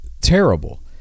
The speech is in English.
terrible